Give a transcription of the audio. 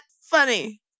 funny